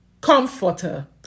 comforter